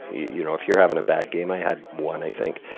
you know if you're having a bad game i had one, i think.